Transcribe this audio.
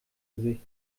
gesicht